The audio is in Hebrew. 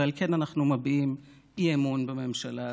ועל כן אנחנו מביעים אי-אמון בממשלה הזאת.